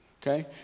Okay